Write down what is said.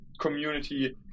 community